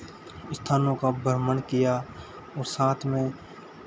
स्थानों का भ्रमण किया और साथ में